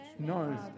No